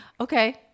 okay